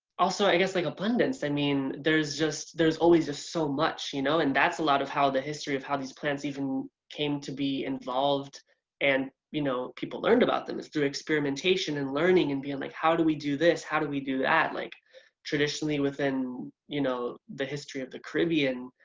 also i guess like abundance. i mean there's just, there's always just so much you know? and that's a lot of how the history of how these plants even came to be involved and you know people learned about them is through experimentation and learning and being and like how do we do this? how do we do that? like traditionally within you know the history of the caribbean,